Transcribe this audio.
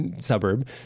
suburb